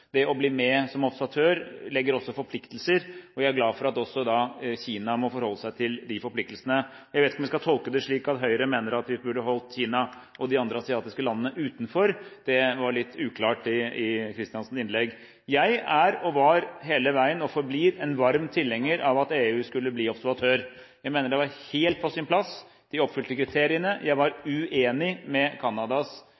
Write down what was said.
Det å bli med som observatør innebærer også forpliktelser, og vi er glad for at også Kina må forholde seg til de forpliktelsene. Jeg vet ikke om jeg skal tolke det slik at Høyre mener at vi burde holdt Kina og de andre asiatiske landene utenfor. Det var litt uklart i Kristiansens innlegg. Jeg er, var, og forblir en varm tilhenger av at EU skal bli observatør. Jeg mente at det var helt på sin plass. De oppfylte kriteriene. Jeg